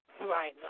Right